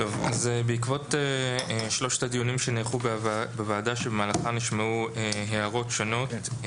בעקבות שלושת הדיונים שנערכו בוועדה במהלכם נשמעו הערות שונות,